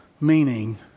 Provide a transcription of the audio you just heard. meaning